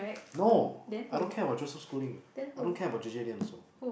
no I don't care about Joseph-Schooling I don't care about J_J-Lin also